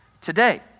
today